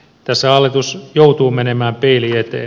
tässä hallitus joutuu menemään peilin eteen